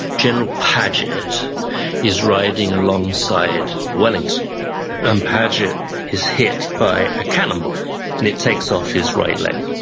general paget is riding alongside wellington and paget is hit by a cannonball and it takes off his right leg.